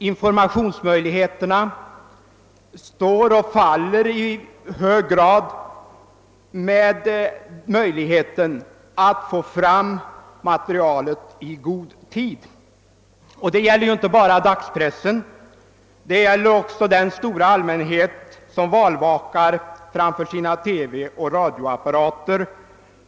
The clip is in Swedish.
Informationens värde står och faller i hög grad med möjligheten att få fram materialet i god tid. Detta gäller inte bara dagspressen utan också den stora allmänhet som valvakar framför sina TV och radioapparater.